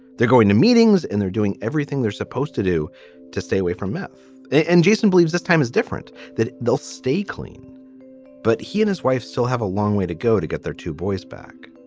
they're going to meetings and they're doing everything they're supposed to do to stay away from meth. and jason believes this time is different, that they'll stay clean but he and his wife still have a long way to go to get their two boys back.